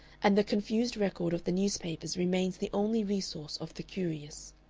and the confused record of the newspapers remains the only resource of the curious.